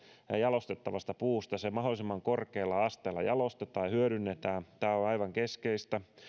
ja jalostettava puu mahdollisimman korkealla asteella jalostetaan ja hyödynnetään on aivan keskeistä